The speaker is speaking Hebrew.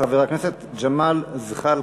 חבר הכנסת ג'מאל זחאלקה.